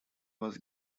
was